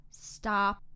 stop